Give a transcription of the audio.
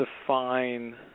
define